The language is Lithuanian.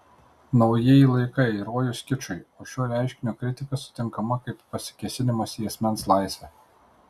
naujieji laikai rojus kičui o šio reiškinio kritika sutinkama kaip pasikėsinimas į asmens laisvę